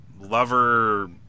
lover